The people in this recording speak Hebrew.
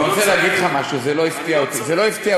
אני אגיד לך משהו: זה לא הפתיע אותי.